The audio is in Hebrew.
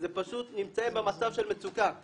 הם פשוט נמצאים במצב של מצוקה.